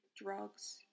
drugs